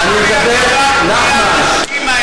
שולי, את יודעת מי האנשים האלה.